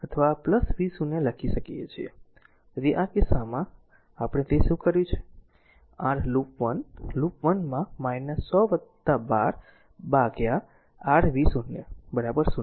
તેથી આ કિસ્સામાં તેથી આપણે તે શું કર્યું કે r લૂપ 1 લૂપ 1 માં 100 12 બાય r v0 0